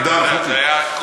הממשל האמריקני זה היה,